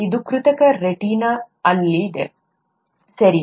ಇದು ಕೃತಕ ರೆಟಿನಾ ಅಲ್ಲಿದೆ ಸರಿ